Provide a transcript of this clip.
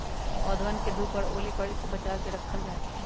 पौधवन के धूप और ओले पड़े से बचा के रखल जाहई